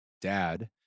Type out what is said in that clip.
dad